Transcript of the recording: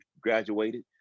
graduated